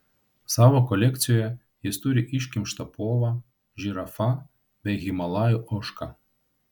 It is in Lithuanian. savo kolekcijoje jis turi iškimštą povą žirafą bei himalajų ožką